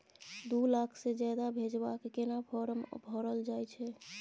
दू लाख से ज्यादा भेजबाक केना फारम भरल जाए छै?